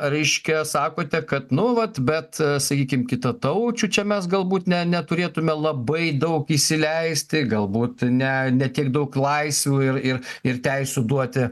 reiškia sakote kad nu vat bet sakykim kitataučių čia mes galbūt ne neturėtume labai daug įsileisti galbūt ne ne tiek daug laisvių ir ir ir teisių duoti